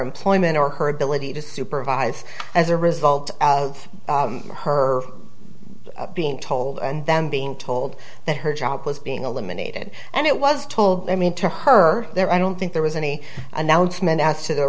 employment or her ability to supervise as a result of her being told and then being told that her job was being eliminated and it was told i mean to her there i don't think there was any announcement as to the